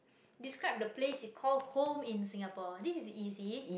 describe the place you call home in singapore this is easy